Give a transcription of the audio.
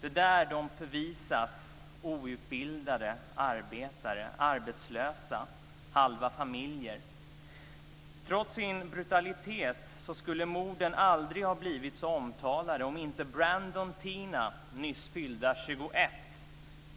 Det är dit outbildade arbetare, arbetslösa och halva familjer förvisas. Trots sin brutalitet skulle morden aldrig ha blivit så omtalade om inte Brandon Teena, nyss fyllda 21,